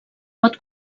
pot